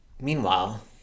Meanwhile